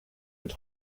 mit